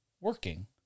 working